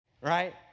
right